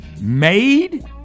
made